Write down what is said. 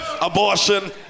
Abortion